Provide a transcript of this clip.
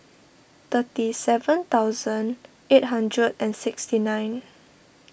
thirty seven thousand eight hundred and sixty nine